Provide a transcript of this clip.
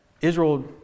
Israel